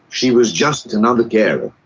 she was just another carer.